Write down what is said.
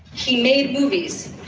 he made movies.